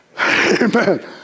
Amen